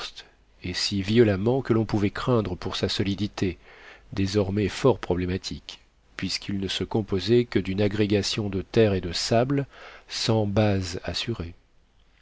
et si violemment que l'on pouvait craindre pour sa solidité désormais fort problématique puisqu'il ne se composait que d'une agrégation de terre et de sable sans base assurée